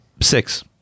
Six